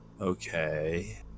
Okay